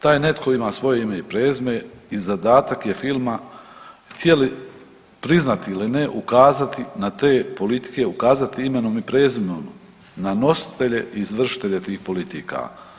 Taj netko ima svoje ime i prezime i zadatak je filma, htjeli priznati ili ne, ukazati na te politike, ukazati imenom i prezimenom, na nositelje i izvršitelje tih politika.